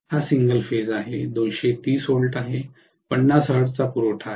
हा single phase आहे 230 volt 50 हर्ट्जचा पुरवठा